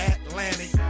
Atlantic